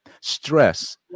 Stress